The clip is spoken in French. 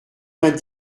vingt